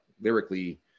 lyrically